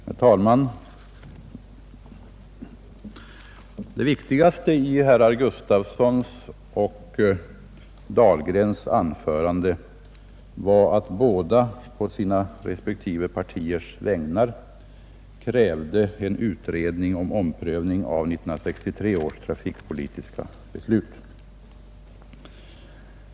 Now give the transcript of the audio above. Herr talman! Det viktigaste i herrar Gustafsons i Göteborg och Dahlgrens anföranden var att båda å sina respektive partiers vägnar krävde en utredning och omprövning av 1963 års trafikpolitiska beslut.